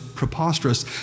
preposterous